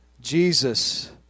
Jesus